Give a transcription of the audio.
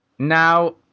Now